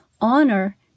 Honor